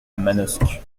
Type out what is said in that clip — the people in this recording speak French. manosque